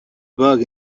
bug